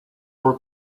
for